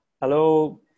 Hello